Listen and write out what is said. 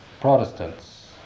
Protestants